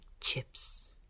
chips